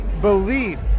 belief